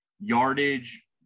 yardage